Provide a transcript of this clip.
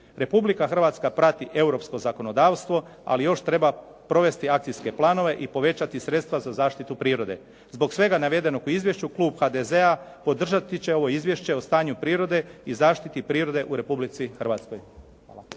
Republika Hrvatska prati europsko zakonodavstvo, ali još treba provesti akcijske planove i povećati sredstva za zaštitu prirode. Zbog svega navedenog u izvješću, Klub HDZ-a podržati će ovo izvješće o stanju prirode i zaštiti prirode u Republici Hrvatskoj.